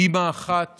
על אימא אחת